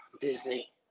Disney